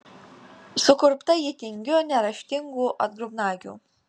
sukurpta ji tingių neraštingų atgrubnagių